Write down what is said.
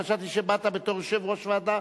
חשבתי שבאת בתור יושב-ראש ועדה,